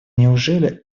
неужели